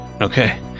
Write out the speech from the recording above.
Okay